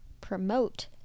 promote